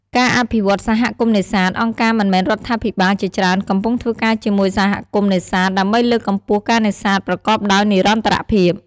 ការអភិវឌ្ឍន៍សហគមន៍នេសាទ អង្គការមិនមែនរដ្ឋាភិបាលជាច្រើនកំពុងធ្វើការជាមួយសហគមន៍នេសាទ ដើម្បីលើកកម្ពស់ការនេសាទប្រកបដោយនិរន្តរភាព។